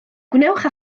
gwnewch